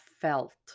felt